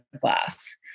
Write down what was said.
glass